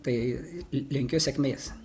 tai linkiu sėkmės